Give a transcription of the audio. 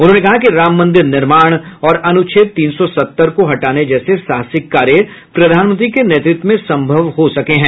उन्होंने कहा कि राम मंदिर निर्माण और अनुच्छेद तीन सौ सत्तर को हटाने जैसे साहसिक कार्य प्रधानमंत्री के नेतृत्व में संभव हो सका है